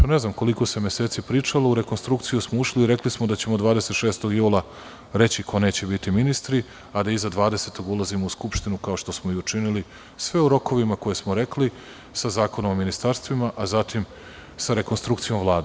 Ne znam koliko se meseci pričalo, u rekonstrukciju smo ušli i rekli smo da ćemo 26. jula reći ko neće biti ministri, ali iza 20-og ulazimo u Skupštinu, kao što smo i učinili, sve u rokovima koje smo rekli, sa Zakonom o ministarstvima, a zatim sa rekonstrukcijom Vlade.